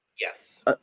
yes